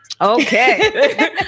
Okay